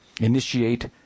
initiate